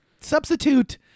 substitute